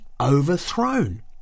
overthrown